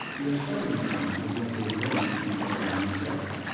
their starting point was what they had learned from darwin himself